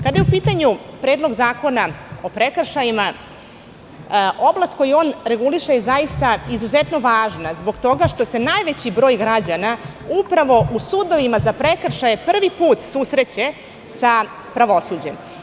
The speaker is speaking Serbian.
Kada je u pitanju Predlog zakona o prekršajima, oblast koju on reguliše je izuzetno važna zbog toga što se najveći broj građana upravo u sudovima za prekršaje prvi put susreće sa pravosuđem.